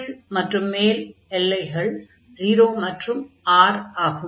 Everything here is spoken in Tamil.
கீழ் மற்றும் மேல் எல்லைகள் 0 மற்றும் R ஆகும்